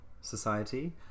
society